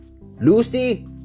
Lucy